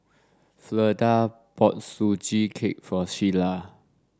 Fleda bought Sugee Cake for Shiela